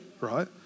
right